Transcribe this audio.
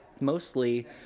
mostly